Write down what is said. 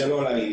זה לא לעניין.